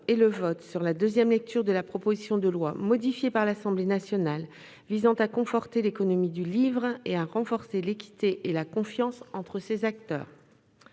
et le vote sur la deuxième lecture de la proposition de loi, modifiée par l'Assemblée nationale, visant à conforter l'économie du livre et à renforcer l'équité et la confiance entre ses acteurs